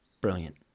Brilliant